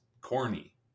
corny